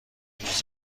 روز